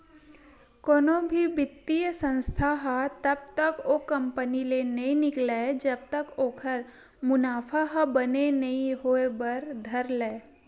कोनो भी बित्तीय संस्था ह तब तक ओ कंपनी ले नइ निकलय जब तक ओखर मुनाफा ह बने नइ होय बर धर लय